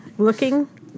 looking